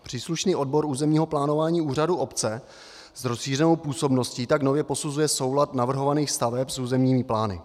Příslušný odbor územního plánování úřadu obce s rozšířenou působností tak nově posuzuje soulad navrhovaných staveb s územními plány.